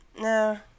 No